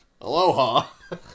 Aloha